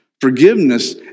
Forgiveness